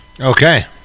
Okay